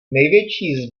největší